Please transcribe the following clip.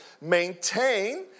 maintain